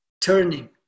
turning